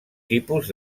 tipus